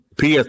ps